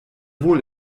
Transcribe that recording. wohl